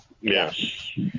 Yes